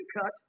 cut